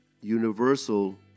universal